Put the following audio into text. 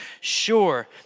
sure